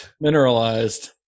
Mineralized